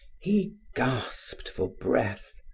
he gasped for breath.